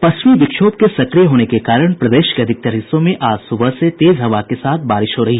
पश्चिमी विक्षोभ के सक्रिय होने के कारण प्रदेश के अधिकतर हिस्सों में आज सुबह से तेज हवा के साथ बारिश हुई